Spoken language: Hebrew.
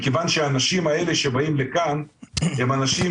מכיוון שהאנשים האלה שבאים לכאן הם אנשים